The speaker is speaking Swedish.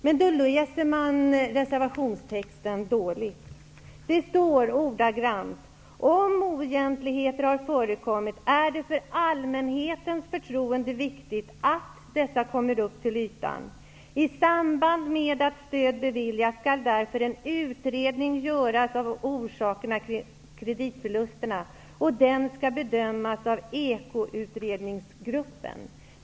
Men då läser Ordagrannt står det: ''Om oegentligheter har förekommit är det för allmänhetens förtroende viktigt att dessa kommer upp till ytan. I samband med att stöd beviljas skall därför en utredning göras av orsakerna till kreditförlusterna, och den skall bedömas av Eko-utredningsgruppen.''